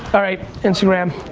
alright instagram,